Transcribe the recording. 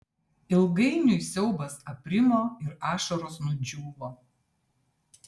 ilgainiui siaubas aprimo ir ašaros nudžiūvo